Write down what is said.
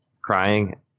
crying